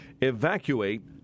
evacuate